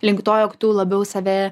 link to jog tu labiau save